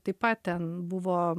taip pat ten buvo